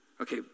Okay